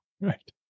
Right